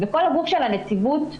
כל הגוף של הנציבות בקמפוסים,